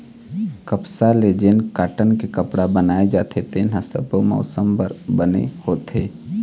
कपसा ले जेन कॉटन के कपड़ा बनाए जाथे तेन ह सब्बो मउसम बर बने होथे